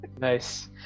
Nice